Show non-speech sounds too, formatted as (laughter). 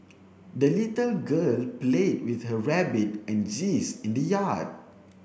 the little girl played with her rabbit and (unintelligible) in the yard